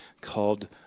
called